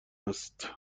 است